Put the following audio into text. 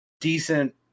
decent